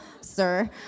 sir